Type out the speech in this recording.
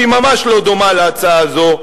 שהיא ממש לא דומה להצעה הזאת,